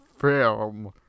film